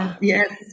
Yes